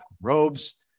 robes